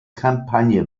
kampagne